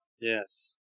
Yes